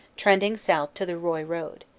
trending south to the roye road.